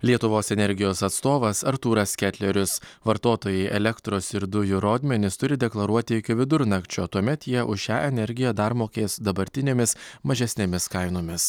lietuvos energijos atstovas artūras ketlerius vartotojai elektros ir dujų rodmenis turi deklaruoti iki vidurnakčio tuomet jie už šią energiją dar mokės dabartinėmis mažesnėmis kainomis